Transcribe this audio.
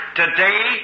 today